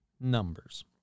numbers